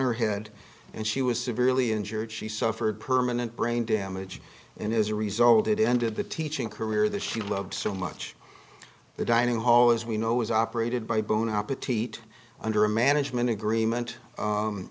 her head and she was severely injured she suffered permanent brain damage and as a result it ended the teaching career that she loved so much the dining hall as we know was operated by bone appetite under a management agreement